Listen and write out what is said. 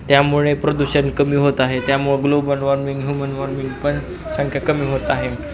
त्यामुळे प्रदूषण कमी होत आहे त्यामुळं ग्लोबल वॉर्मिंग ह्युमन वॉर्मिंगपण संख्या कमी होत आहे